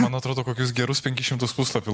man atrodo kokius gerus penkis šimtus puslapių